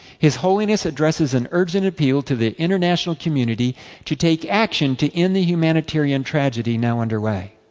his holiness addresses an urgent appeal to the international community to take action to end the humanitarian tragedy now underway.